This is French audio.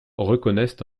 reconnaissent